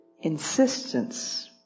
insistence